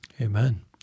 Amen